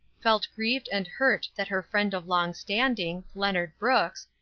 felt grieved and hurt that her friend of long standing, leonard brooks,